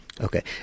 okay